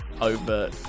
over